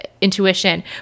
intuition